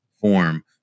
form